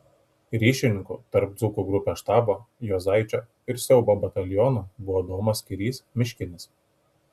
ryšininku tarp dzūkų grupės štabo juozaičio ir siaubo batalionų buvo domas kirys miškinis